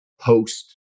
post